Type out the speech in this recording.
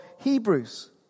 Hebrews